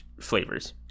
flavors